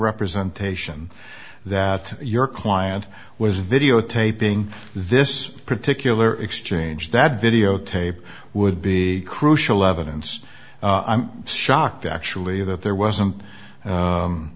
representation that your client was videotaping this particular exchange that videotape would be crucial evidence i'm shocked actually that there wasn't